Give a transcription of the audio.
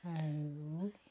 আৰু